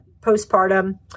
postpartum